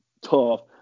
tough